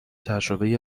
تجربه